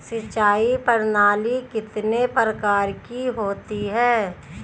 सिंचाई प्रणाली कितने प्रकार की होती हैं?